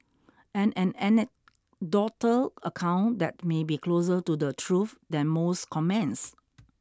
and an anecdotal account that may be closer to the truth than most comments